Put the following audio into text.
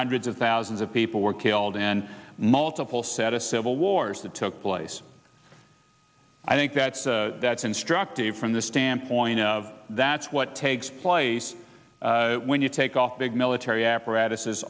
hundreds of thousands of people were killed in multiple set a civil wars that took place i think that's that's instructive from the standpoint of that's what takes place when you take off big military apparatus